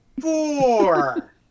four